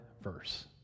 verse